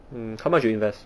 mm how much you invest